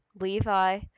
Levi